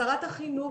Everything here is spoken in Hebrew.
שרת החינוך,